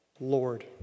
Lord